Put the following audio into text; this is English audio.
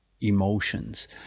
emotions